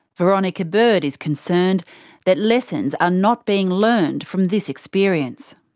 veronica bird is concerned that lessons are not being learned from this experience.